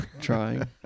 Trying